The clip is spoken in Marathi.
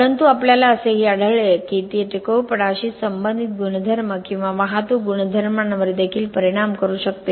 परंतु आपल्याला असेही आढळले की ते टिकाऊपणाशी संबंधित गुणधर्म किंवा वाहतूक गुणधर्मांवर देखील परिणाम करू शकते